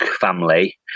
family